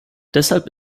deshalb